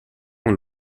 con